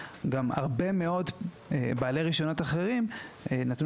גם הרבה מאוד בעלי רישיונות אחרים נתנו